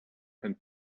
and